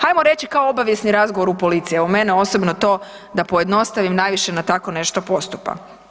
Hajmo reći kao obavijesni razgovor u policiji, evo mene osobno to da pojednostavim najviše na tako nešto postupa.